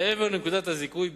מעבר לנקודות הזיכוי,